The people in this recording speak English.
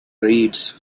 reeds